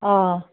অঁ